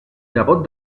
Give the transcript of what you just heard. nebot